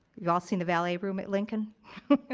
y'all seen the valet room at lincoln?